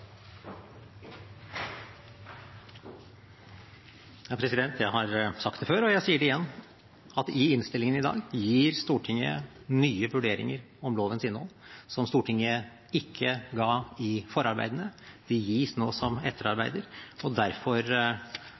Jeg har sagt det før, og jeg sier det igjen, at i innstillingen i dag gir Stortinget nye vurderinger av lovens innhold som Stortinget ikke ga i forarbeidene. De gis nå som etterarbeider, og derfor